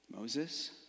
Moses